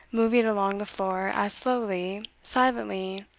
moving along the floor as slowly, silently,